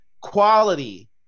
quality